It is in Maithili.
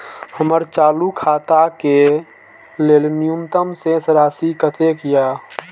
हमर चालू खाता के लेल न्यूनतम शेष राशि कतेक या?